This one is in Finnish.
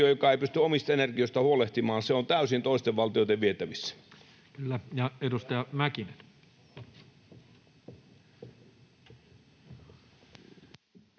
joka ei pysty omista energioistaan huolehtimaan, on täysin toisten valtioiden vietävissä.